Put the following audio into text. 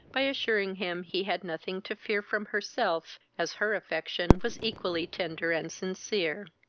by assuring him he had nothing to fear from herself, as her affection was equally tender and sincere.